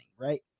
right